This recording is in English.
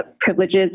privileges